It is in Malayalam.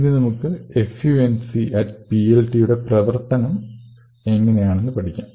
ഇനി നമുക്ക് funcPLT യുടെ പ്രവർത്തനം എങ്ങിനെയാണ് എന്ന് പഠിക്കാം